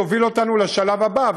יוביל אותנו לשלב הבא,